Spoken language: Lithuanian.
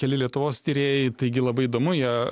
keli lietuvos tyrėjai taigi labai įdomu jie